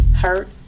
Hurt